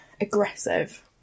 aggressive